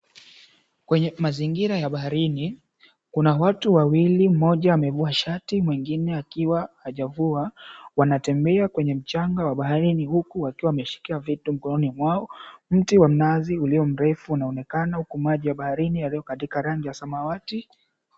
Kwenye mazingira ya baharini kuna watu wawili mmoja amevua shati mwingine akiwa hajavua. Wanatembea kwenye mchanga wa baharini huku wakiwa wameshika vitu mikononi mwao. Mti wa mnazi ulio mrefu unaoneka huku maji ya baharini yaliyo katika rangi ya samawati.